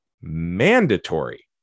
Mandatory